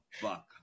fuck